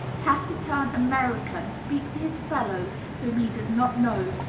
taciturn american speak to his fellow whom he does not know,